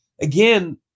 again